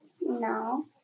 No